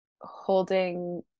holding